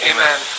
Amen